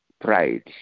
pride